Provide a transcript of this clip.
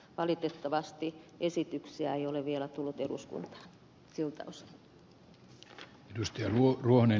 valitettavasti esityksiä ei ole vielä tullut eduskuntaan siltä osin